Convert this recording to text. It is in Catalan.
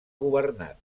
governat